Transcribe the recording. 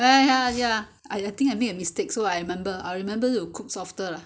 ya ya ya I think I I think I make a mistake so I will remember I remember need to cook softer lah